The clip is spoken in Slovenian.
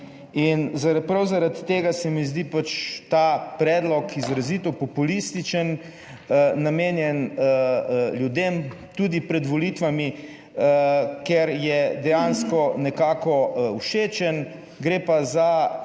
In prav zaradi tega se mi zdi pač ta predlog izrazito populističen, namenjen ljudem tudi pred volitvami, ker je dejansko nekako všečen, gre pa za